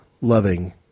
loving